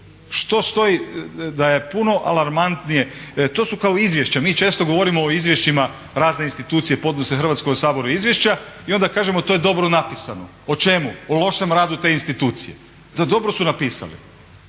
što stoji da je puno alarmantnije. To su kao izvješća. Mi često govorimo o izvješćima, razne institucije podnose Hrvatskom saboru izvješća i onda kažemo to je dobro napisano. O čemu? O lošem radu te institucije. Dobro su napisali